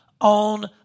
on